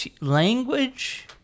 Language